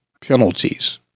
penalties